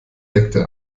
sekte